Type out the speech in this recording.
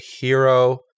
hero